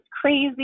crazy